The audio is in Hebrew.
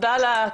תודה על הכנות.